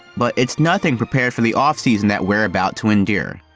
but it's nothing prepared for the off season that we're about to endure.